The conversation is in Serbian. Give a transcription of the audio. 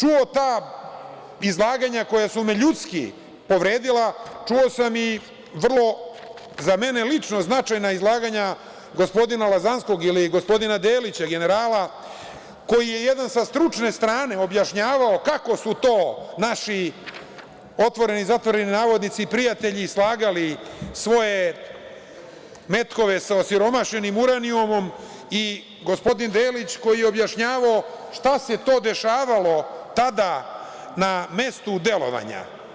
Kao što sam čuo ta izlaganja koja su me ljudski povredila, čuo sam i vrlo za mene lično, značajna izlaganja gospodina Lazanskog ili gospodina Delića, generala koji je sa stručne strane objašnjavao kako su to „naši prijatelji“ slagali svoje metke sa osiromašenim uranijumom i gospodin Delić koji je objašnjavao šta se to dešavalo tada na mestu delovanja.